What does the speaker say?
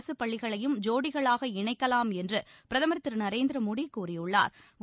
அரசு பள்ளிகளையும் ஜோடிகளாக இணைக்கலாம் என்று பிரதமர் திரு நரேந்திர மோடி கூறியுள்ளா்